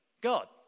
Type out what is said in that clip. God